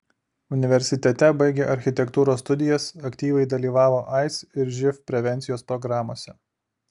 universitete baigė architektūros studijas aktyviai dalyvavo aids ir živ prevencijos programose